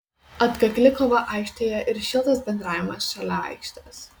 atkakli kova aikštėje ir šiltas bendravimas šalia aikštės